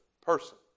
person